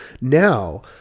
Now